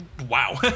Wow